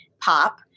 POP